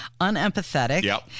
unempathetic